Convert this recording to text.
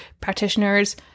practitioners